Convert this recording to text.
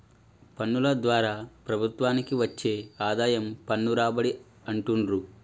పన్నుల ద్వారా ప్రభుత్వానికి వచ్చే ఆదాయం పన్ను రాబడి అంటుండ్రు